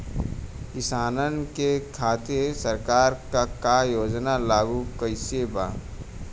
किसानन के खातिर सरकार का का योजना लागू कईले बा?